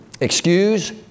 excuse